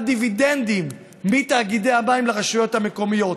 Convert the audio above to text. דיבידנדים מתאגידי המים לרשויות המקומיות.